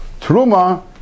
Truma